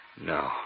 No